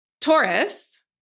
Taurus